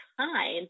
time